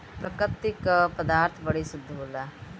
प्रकृति क पदार्थ बड़ी शुद्ध होला